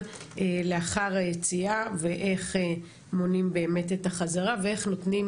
לאחר היציאה ואיך מונעים באמת את החזרה ואיך נותנים